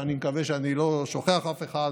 ואני מקווה שאני לא שוכח אף אחד,